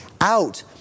out